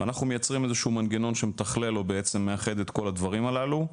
ואנחנו מייצרים איזשהו מנגנון שמשתכלל או בעצם מאחד את כל הדברים הללו.